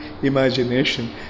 Imagination